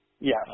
Yes